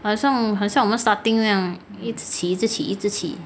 好像好像我们 starting 那样一直起一直起一直起